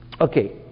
Okay